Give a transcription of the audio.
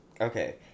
okay